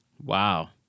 Wow